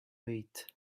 eat